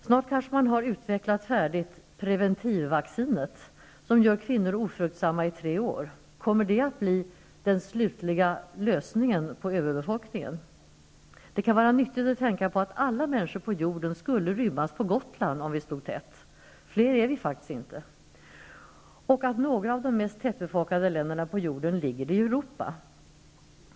Snart kanske man har färdigutvecklat ''preventiv-vaccinet'', som gör kvinnor ofruktsamma i tre år. Kommer det att bli ''den slutgiltiga lösningen'' på överbefolkningen? Det kan vara nyttigt att tänka på att alla människor på jorden skulle rymmas på Gotland om vi stod tätt; fler är vi faktiskt inte. Och några av de mest tättbefolkade länderna ligger i Europa.